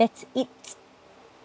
that's it